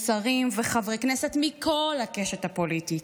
שרים וחברי כנסת מכל הקשת הפוליטית.